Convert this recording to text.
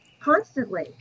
Constantly